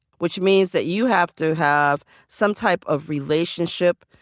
which means that you have to have some type of relationship,